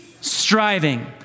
striving